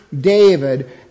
David